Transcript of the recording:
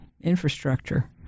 infrastructure